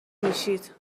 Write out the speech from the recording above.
میشید